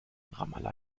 ramallah